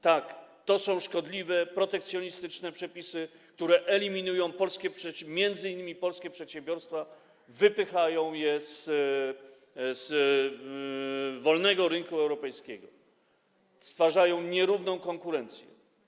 Tak, to są szkodliwe, protekcjonistyczne przepisy, które eliminują m.in. polskie przedsiębiorstwa, wypychają je z wolnego rynku europejskiego, stwarzają nierówną konkurencję.